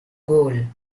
goal